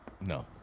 no